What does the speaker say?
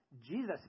Jesus